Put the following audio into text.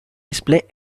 display